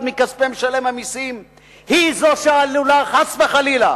מכספי משלם המסים היא זו שעלולה חס וחלילה